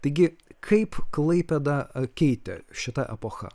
taigi kaip klaipėdą keitė šita epocha